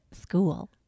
School